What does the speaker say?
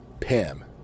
Pam